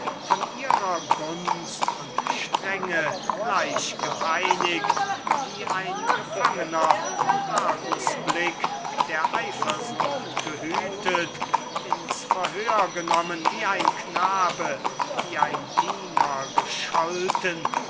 von ihrer gunst und strenge gleich gepeinigt wie ein gefangener vom argusblick der eifersucht gehütet ins verhör genommen wie ein knabe wie ein diener gescholten